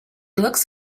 looks